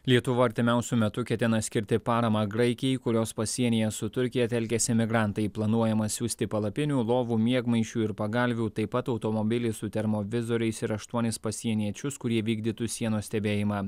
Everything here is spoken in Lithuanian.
lietuva artimiausiu metu ketina skirti paramą graikijai kurios pasienyje su turkija telkiasi migrantai planuojama siųsti palapinių lovų miegmaišių ir pagalvių taip pat automobilį su termovizoriais ir aštuonis pasieniečius kurie vykdytų sienos stebėjimą